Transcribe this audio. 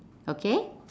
okay